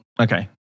Okay